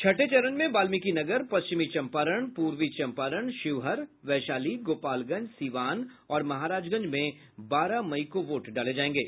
छठे चरण में बाल्मीकीनगर पश्चिम चम्पारण पूर्वी चम्पारण शिवहर वैशाली गोपालगंज सीवान और महराजगंज में बारह मई को वोट डाले जायेंगे